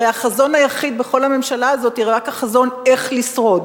הרי החזון היחיד בכל הממשלה הזאת הוא רק החזון איך לשרוד.